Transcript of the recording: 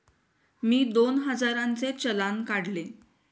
मी दोन हजारांचे चलान काढले